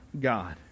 God